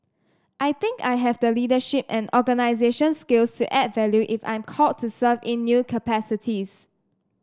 I think I have the leadership and organisational skills to add value if I'm called to serve in new capacities